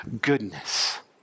goodness